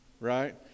right